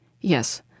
Yes